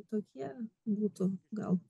tokie būtų gal